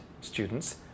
students